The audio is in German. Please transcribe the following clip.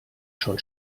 schon